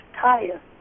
tire